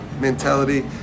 mentality